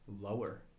Lower